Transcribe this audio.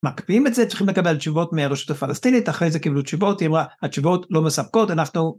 מקפיאים את זה, צריכים לקבל תשיבות מהראשות הפלסטינית, אחרי זה קיבלו תשובות, היא אמרה: התשיבות לא מספקות, אנחנו...